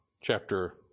chapter